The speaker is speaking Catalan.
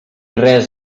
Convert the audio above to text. res